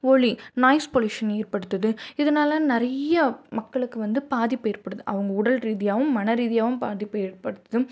ஒலி நாய்ஸ் பொல்யூஷனை ஏற்படுத்துது இதனால நிறையா மக்களுக்கு வந்து பாதிப்பு ஏற்படுது அவங்க உடல் ரீதியாகவும் மன ரீதியாகவும் பாதிப்பை ஏற்படுத்தும்